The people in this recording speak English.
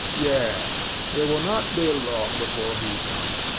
yeah yes. it will not be ah long before he comes.